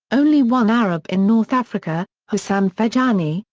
only one arab in north africa, hassan ferjani,